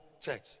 church